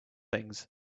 things